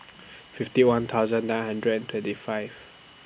fifty one thousand nine hundred and twenty five